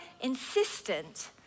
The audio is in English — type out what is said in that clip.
insistent